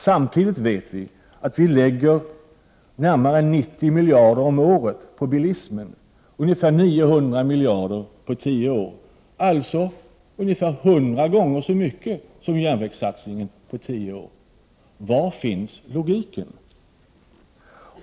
Samtidigt vet vi att det läggs ned närmare 90 miljarder om året på bilismen, dvs. ungefär 900 miljarder under tio år, alltså ungefär hundra gånger så mycket som det satsas under tio år på järnvägen. Var finns logiken?